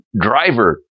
driver